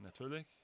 natürlich